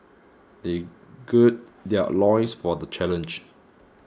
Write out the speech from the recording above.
they gird their loins for the challenge